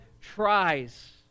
tries